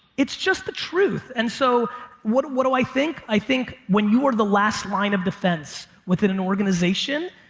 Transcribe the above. it's just the truth, and so what do what do i think? i think when you're the lastline of defense within an organization,